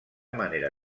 manera